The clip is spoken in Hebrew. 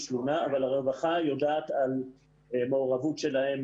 תלונה אבל הרווחה יודעת על מעורבות שלהן